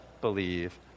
believe